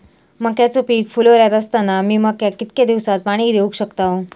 मक्याचो पीक फुलोऱ्यात असताना मी मक्याक कितक्या दिवसात पाणी देऊक शकताव?